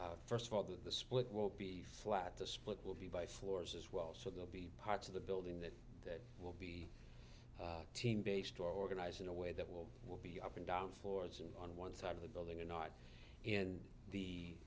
first of all that the split will be flat the split will be by floors as well so they'll be parts of the building that that will be team based or organized in a way that will will be up and down floors and on one side of the building or not in the